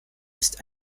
ist